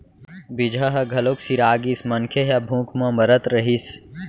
बीजहा ह घलोक सिरा गिस, मनखे ह भूख म मरत रहिस